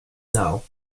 now